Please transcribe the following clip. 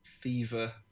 Fever